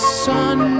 sun